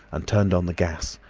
and turned on the gas.